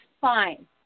fine